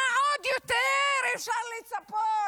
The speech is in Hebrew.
למה עוד אפשר לצפות?